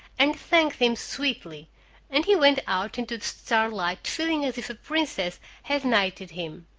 and thanked him sweetly and he went out into the starlight feeling as if a princess had knighted him.